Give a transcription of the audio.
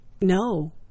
No